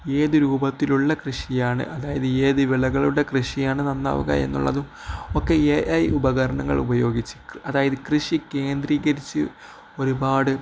ഏത് രൂപത്തിലുള്ള കൃഷിയാണ് അതായത് ഏത് വിളകളുടെ കൃഷിയാണ് നന്നാവുകയെന്നുള്ളതുമൊക്കെ ഏ ഐ ഉപകരണങ്ങൾ ഉപയോഗിച്ച് അതായത് കൃഷി കേന്ദ്രീകരിച്ച് ഒരുപാട്